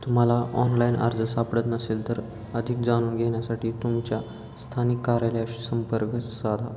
तुम्हाला ऑनलाईन अर्ज सापडत नसेल तर अधिक जाणून घेण्यासाठी तुमच्या स्थानिक कार्यालयाशी संपर्क साधा